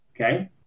Okay